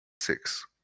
Six